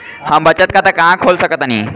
हम बचत खाता कहां खोल सकतानी?